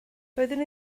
doeddwn